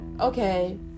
okay